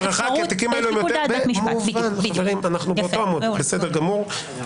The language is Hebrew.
זה באמת לא קשור.